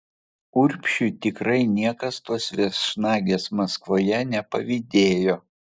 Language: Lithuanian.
urbšiui tikrai niekas tos viešnagės maskvoje nepavydėjo